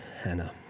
Hannah